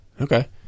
Okay